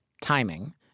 timing